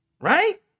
right